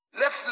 left